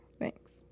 Thanks